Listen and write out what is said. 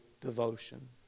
devotion